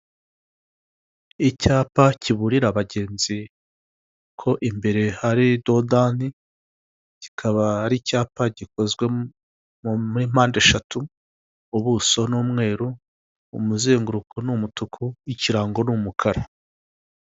Icyapa kiburira abagenzi ko imbere hari dodani kikaba ari icyapa gikozwe muri mpande eshatu ubuso ni umweru umuzenguruko ni umutuku w'ikirango numukara.